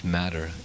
matter